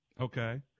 okay